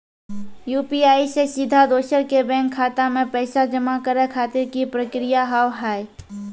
UPI से सीधा दोसर के बैंक खाता मे पैसा जमा करे खातिर की प्रक्रिया हाव हाय?